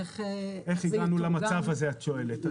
איך -- איך הגענו למצב הזה, את שואלת.